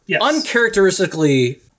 uncharacteristically